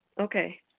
Okay